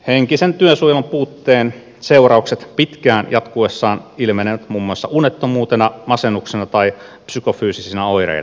henkisen työsuojelun puutteen seuraukset pitkään jatkuessaan ilmenevät muun muassa unettomuutena masennuksena tai psykofyysisinä oireina